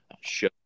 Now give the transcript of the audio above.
show